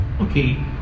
okay